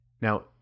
Now